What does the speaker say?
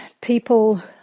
people